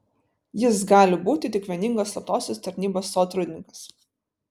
jis gali būti tik vieningos slaptosios tarnybos sotrudnikas